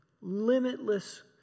Limitless